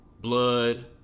blood